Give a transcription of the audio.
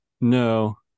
No